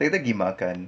kita gi makan